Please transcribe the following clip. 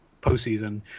postseason